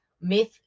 Myth